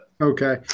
Okay